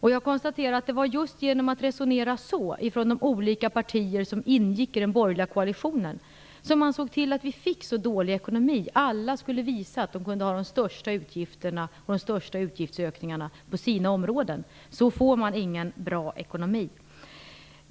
Jag konstaterar att det var just genom att man i de olika partier som ingick i den borgerliga koalitionen resonerade på det viset som man såg till att vi fick så dålig ekonomi - alla skulle visa att de kunde ha de största utgifterna och de största utgiftsökningarna på sina områden. Så får man ingen bra ekonomi.